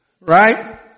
Right